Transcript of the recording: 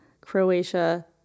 Croatia